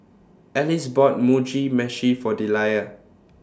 Alice bought Mugi Meshi For Deliah